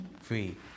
free